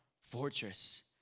fortress